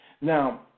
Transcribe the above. Now